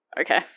Okay